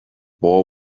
boy